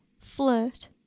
flirt